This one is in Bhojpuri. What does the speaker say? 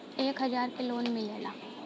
एक हजार के लोन मिलेला?